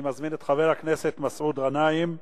אני מזמין את חבר הכנסת מסעוד גנאים.